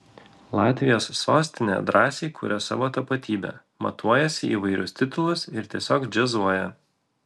latvijos sostinė drąsiai kuria savo tapatybę matuojasi įvairius titulus ir tiesiog džiazuoja